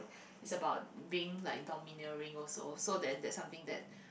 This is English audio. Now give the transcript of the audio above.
is about being like domineering also so then that's something that